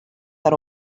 that